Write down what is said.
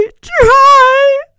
try